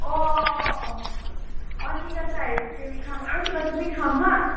অ অ অ অ অ ঠিক আছে আইচক্ৰিম খাম আৰু কিবা কিবি খাম হা